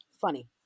funny